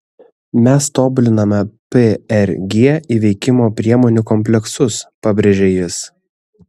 mes tobuliname prg įveikimo priemonių kompleksus pabrėžė jis